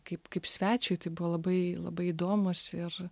kaip kaip svečiui tai buvo labai labai įdomūs ir